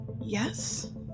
yes